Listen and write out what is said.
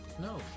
No